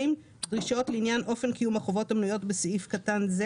דרישות לעניין אופן קיום החובות המנויות בסעיף קטן זה